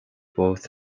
both